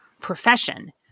profession